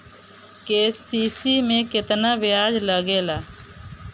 KCC में केतना ब्याज लगेला?